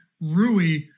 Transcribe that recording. Rui